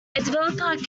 developer